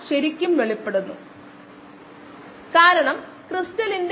69 മില്ലിമോളും കിലോമീറ്റർ 40